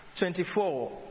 24